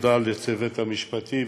תודה לצוות המשפטי,